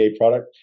product